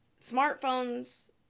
smartphones